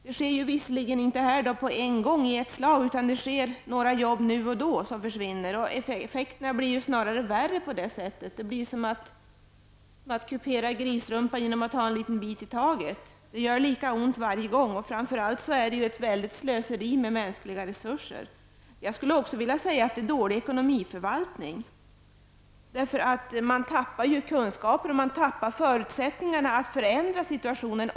Det sker visserligen inte på en gång i ett slag, utan det sker i form av att ett par arbeten försvinner nu och då. Effekterna blir på det sättet snarare värre. Det blir som att kupera grisrumpan genom att ta en bit i taget. Det gör lika ont varje gång. Framför allt är det ett slöseri med mänskliga resurser. Det är också dålig förvaltning av ekonomin. Man tappar kunskaper och förutsättningar att förändra situationen.